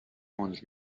تند